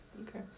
Okay